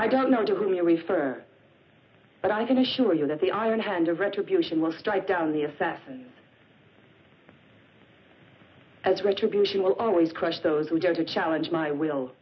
i don't know whom you refer but i can assure you that the iron hand of retribution will strike down the assassin as retribution will always crush those who dare to challenge my will